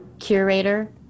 curator